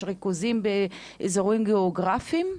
יש ריכוזים לפי אזורים גיאוגרפיים?